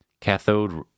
cathode